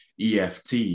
EFT